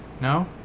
No